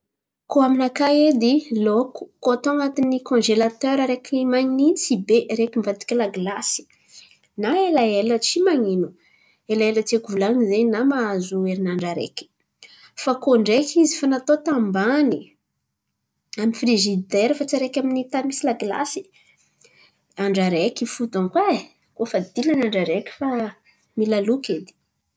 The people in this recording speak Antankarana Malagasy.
Koa aminakà edy, laoko koa atao an̈atiny konzelatera araiky manintsy be araiky mivadiky lagilasy nq elaela tsy man̈ino. elaela tiako volan̈iny zen̈y na mahazo herinandra araiky. Fa koa ndreky izy efa natao tambany amin'ny firizidera fa tsy araiky amy tany misy lagilasy, andra araiky fo donko e. Koa fa dilany andra araiky fa mila aloky edy.